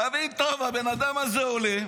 תבין טוב, הבן אדם הזה עולה,